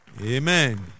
Amen